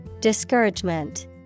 Discouragement